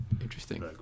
interesting